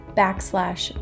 backslash